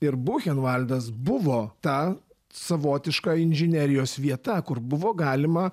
ir buchenvaldas buvo ta savotiška inžinerijos vieta kur buvo galima